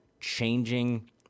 changing –